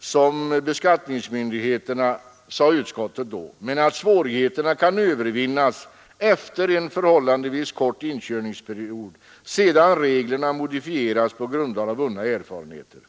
som beskattningsmyndigheter, sade utskottet då. Men svårigheterna kan övervinnas efter en förhållandevis kort inkörningsperiod, sedan reglerna modifierats på grundval av vunna erfarenheter.